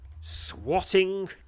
swatting